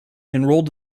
enrolled